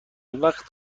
وقت